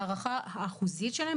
ההערכה האחוזית שלהם,